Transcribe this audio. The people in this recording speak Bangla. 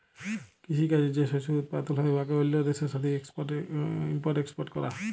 কিসি কাজে যে শস্য উৎপাদল হ্যয় উয়াকে অল্য দ্যাশের সাথে ইম্পর্ট এক্সপর্ট ক্যরা